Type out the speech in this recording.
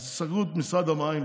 אז סגרו את משרד המים,